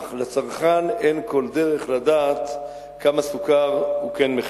אך לצרכן אין כל דרך לדעת כמה סוכר הוא כן מכיל.